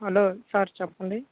hello sir చెప్పండి